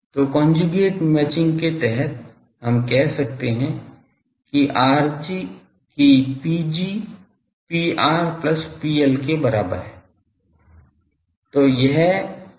तो conjugate matching के तहत हम कह सकते हैं कि Pg Pr plus PL के बराबर है